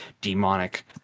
demonic